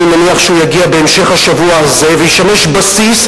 ואני מניח שהוא יגיע בהמשך השבוע הזה וישמש בסיס.